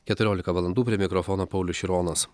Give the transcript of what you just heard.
keturiolika valandų prie mikrofono paulius šironas